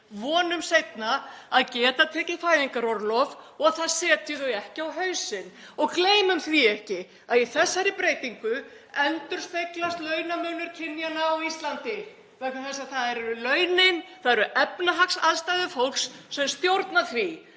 vonum seinna, að geta tekið fæðingarorlof og það setji þau ekki á hausinn. Og gleymum því ekki að í þessari breytingu endurspeglast launamunur kynjanna á Íslandi, vegna þess að það eru launin, það eru efnahagsaðstæður fólks sem stjórna því